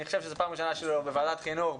אני חושב שזאת פעם ראשונה שלך בוועדת החינוך.